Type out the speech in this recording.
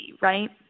right